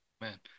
Man